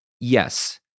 yes